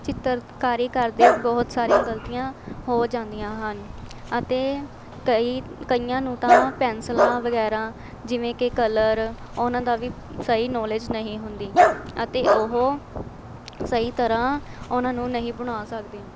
ਚਿੱਤਰਕਾਰੀ ਕਰਦੇ ਬਹੁਤ ਸਾਰੀਆਂ ਗਲਤੀਆਂ ਹੋ ਜਾਂਦੀਆਂ ਹਨ ਅਤੇ ਕਈ ਕਈਆਂ ਨੂੰ ਤਾਂ ਪੈਨਸਲਾਂ ਵਗੈਰਾ ਜਿਵੇਂ ਕਿ ਕਲਰ ਉਹਨਾਂ ਦਾ ਵੀ ਸਹੀ ਨੋਲੇਜ ਨਹੀਂ ਹੁੰਦੀ ਅਤੇ ਉਹ ਸਹੀ ਤਰ੍ਹਾਂ ਉਹਨਾਂ ਨੂੰ ਨਹੀਂ ਬਣਾ ਸਕਦੇ